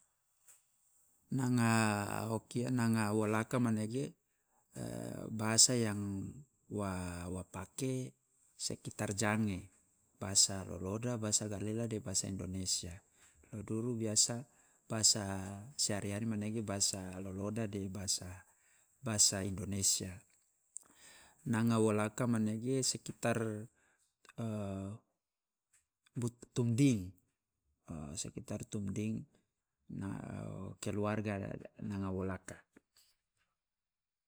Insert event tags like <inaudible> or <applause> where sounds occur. Nanga o kia nanga wolaka manege <hesitation> bahasa yang wa wa pake sekitar jange, bahasa loloda, bahasa galela de bahasa indonesia noduru biasa bahasa sehari hari manege bahasa loloda de bahasa bahasa indonesia. Nanga wolaka manege sekitar <hesitation> but tumding, <hesitation> sekitar tumding na o keluarga nanga wolaka.